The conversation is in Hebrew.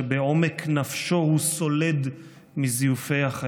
שבעומק נפשו הוא סולד מזיופי החיים".